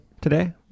today